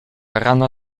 rana